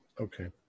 Okay